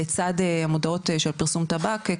לצד מודעות של פרסום טבק,